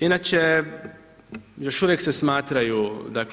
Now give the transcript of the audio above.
Inače, još uvijek se smatraju